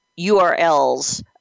URLs